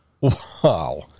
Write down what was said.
Wow